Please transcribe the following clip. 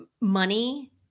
money